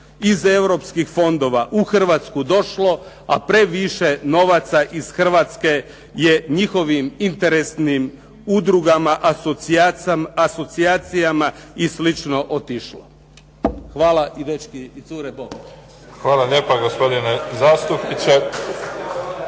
iz europskih fondova u Hrvatsku došlo, a previše novaca iz Hrvatske je njihovim interesnim udrugama asocijacijama i slično otišlo. Hvala i dečki i cure bok. **Mimica, Neven (SDP)** Hvala lijepa gospodine zastupniče.